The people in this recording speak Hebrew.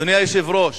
אדוני היושב-ראש,